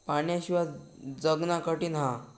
पाण्याशिवाय जगना कठीन हा